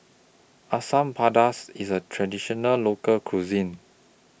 Asam Pedas IS A Traditional Local Cuisine